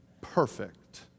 Perfect